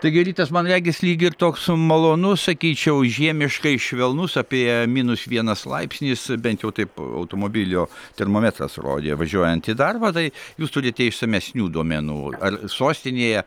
taigi rytas man regis lyg ir toks malonus sakyčiau žiemiškai švelnus apie minus vienas laipsnis bent jau taip automobilio termometras rodė važiuojant į darbą tai jūs turite išsamesnių duomenų ar sostinėje